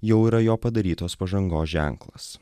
jau yra jo padarytos pažangos ženklas